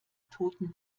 toten